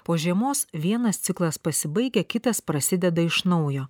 po žiemos vienas ciklas pasibaigia kitas prasideda iš naujo